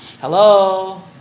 Hello